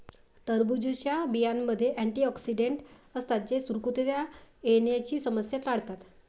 टरबूजच्या बियांमध्ये अँटिऑक्सिडेंट असतात जे सुरकुत्या येण्याची समस्या टाळतात